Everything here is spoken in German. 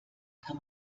kann